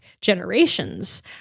generations